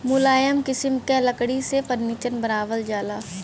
मुलायम किसिम क लकड़ी से फर्नीचर बनावल जाला